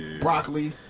broccoli